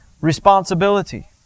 Responsibility